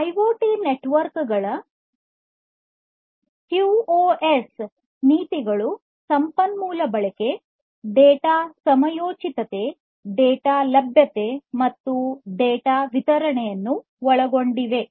IoT network ಗಳ QoS ನೀತಿಗಳು ಸಂಪನ್ಮೂಲ ಬಳಕೆ ಡೇಟಾ ಸಮಯೋಚಿತತೆ ಡೇಟಾ ಲಭ್ಯತೆ ಮತ್ತು ಡೇಟಾ ವಿತರಣೆಯನ್ನು ಒಳಗೊಂಡಿದೆ